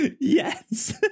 Yes